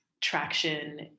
traction